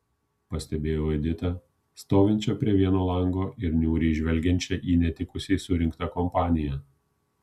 pastebėjau editą stovinčią prie vieno lango ir niūriai žvelgiančią į netikusiai surinktą kompaniją